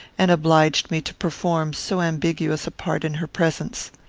and obliged me to perform so ambiguous a part in her presence.